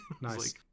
Nice